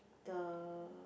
the